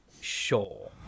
sure